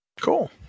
Cool